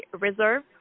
Reserve